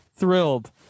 Thrilled